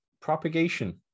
propagation